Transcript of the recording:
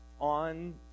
on